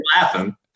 laughing